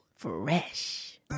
Fresh